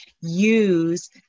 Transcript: use